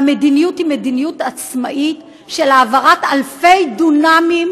והמדיניות היא מדיניות עצמאית של העברת אלפי דונמים,